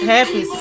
Happy